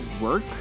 work